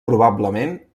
probablement